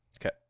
Okay